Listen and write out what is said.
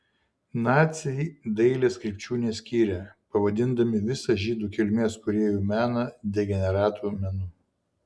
naciai dailės krypčių neskyrė pavadindami visą žydų kilmės kūrėjų meną degeneratų menu